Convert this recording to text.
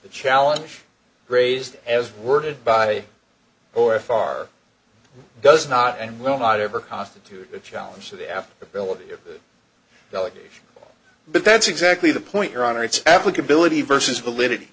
the challenge raised as worded by or far does not and will not ever constitute a challenge to the app ability of the delegation but that's exactly the point your honor its applicability versus ability